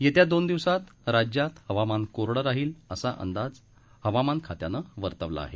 येत्या दोन दिवसात राज्यात हवामान कोरडं राहिल असा अंदाज हवामान खात्यानं वर्तवला आहे